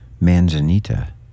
Manzanita